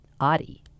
Adi